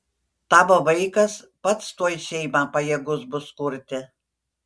tavo vaikas pats tuoj šeimą pajėgus bus kurti